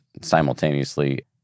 simultaneously